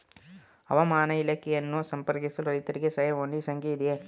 ಹವಾಮಾನ ಇಲಾಖೆಯನ್ನು ಸಂಪರ್ಕಿಸಲು ರೈತರಿಗೆ ಸಹಾಯವಾಣಿ ಸಂಖ್ಯೆ ಇದೆಯೇ?